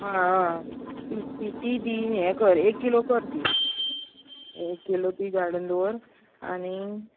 आं हय हय तीं तीं तीं दी हें कर एक किलो कर तीं एक किलो तीं घालून दवर आनी